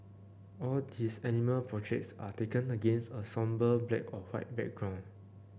all his animal portraits are taken against a sombre black or white background